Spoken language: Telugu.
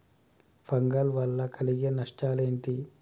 ఫంగల్ వల్ల కలిగే నష్టలేంటి?